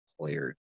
player